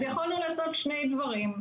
אז יכולנו לעשות שני דברים,